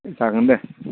जागोन दे